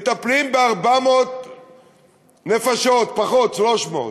מטפלים ב-400 נפשות, פחות, 300,